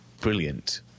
brilliant